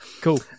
cool